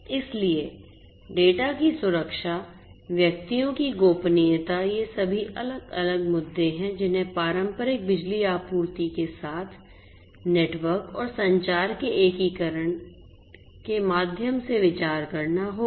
इसलिए डेटा की सुरक्षा व्यक्तियों की गोपनीयता ये सभी अलग अलग मुद्दे हैं जिन्हें पारंपरिक बिजली आपूर्ति के साथ नेटवर्क और संचार के एकीकरण के माध्यम से विचार करना होगा